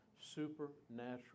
supernatural